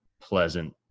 pleasant